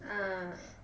ah